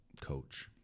coach